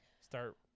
start